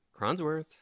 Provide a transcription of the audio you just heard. Cronsworth